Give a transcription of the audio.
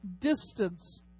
distance